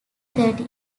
thirty